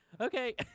Okay